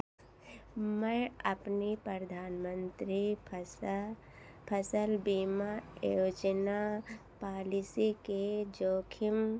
मैं अपने प्रधानमंत्री फसल फ़सल बीमा योजना पॉलिसी के जोखिम